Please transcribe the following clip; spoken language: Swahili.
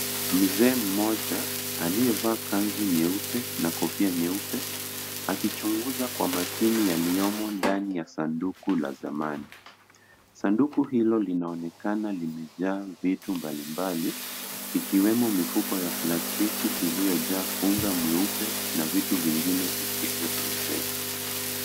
Mzee mmoja aliyevaa kanzu nyeupe na kofia nyeupe, akichunguza kwa makini yaliyomo ndani ya sanduku la zamani. Sanduku hilo linaonekana limejaa vitu mbalimbali, ikiwemo mifuko ya plastiki iliyojaa unga mweupe na vitu vingine visivyoeleweka.